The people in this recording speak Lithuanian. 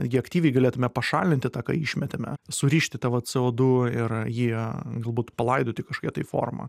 gi aktyviai galėtume pašalinti tą ką išmetame surišti tą va cė o du ir jį galbūt palaidoti kažkokia tai forma